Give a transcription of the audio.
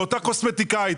לאותה קוסמטיקאית,